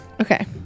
Okay